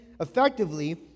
effectively